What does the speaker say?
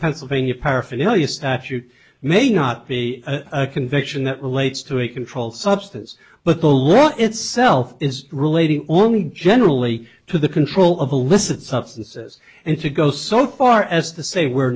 pennsylvania paraphernalia statute may not be a conviction that relates to a controlled substance but the law itself is relating only generally to the control of illicit substances and to go so far as to say we're